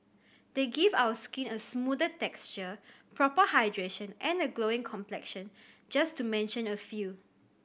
they give our skin a smoother texture proper hydration and a glowing complexion just to mention a few